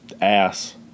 ass